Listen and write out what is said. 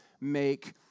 make